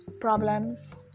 problems